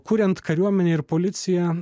kuriant kariuomenę ir policiją